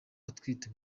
atwite